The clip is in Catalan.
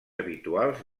habituals